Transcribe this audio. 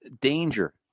danger